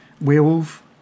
werewolf